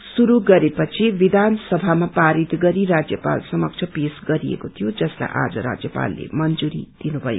पुरू गरे पछि विधानसभामा पारित गरी राज्यपाल समक्ष पो गरिएको थियो जसलाई आज राज्यपालले मंजूरी दिनुभयो